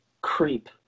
Creep